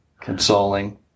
Consoling